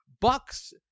Bucks